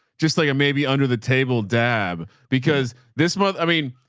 just like a, maybe under the table dab because this month, i mean,